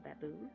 baboon